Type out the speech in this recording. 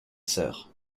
sœur